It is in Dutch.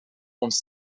ons